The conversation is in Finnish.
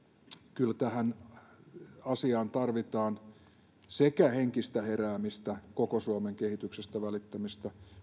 kyllä tähän asiaan tarvitaan sekä henkistä heräämistä koko suomen kehityksestä välittämistä